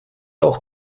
auch